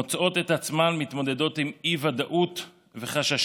מוצאות את עצמן מתמודדות עם אי-ודאות וחששות,